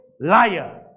liar